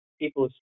people